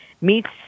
meets